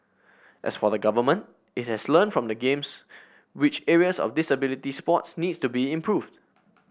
as for the government it has learnt from the Games which areas of disability sports need to be improved